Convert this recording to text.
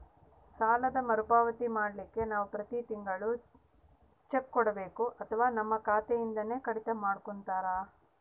ಸಾಲದ ಮರುಪಾವತಿ ಮಾಡ್ಲಿಕ್ಕೆ ನಾವು ಪ್ರತಿ ತಿಂಗಳು ಚೆಕ್ಕು ಕೊಡಬೇಕೋ ಅಥವಾ ನಮ್ಮ ಖಾತೆಯಿಂದನೆ ಕಡಿತ ಮಾಡ್ಕೊತಿರೋ?